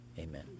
amen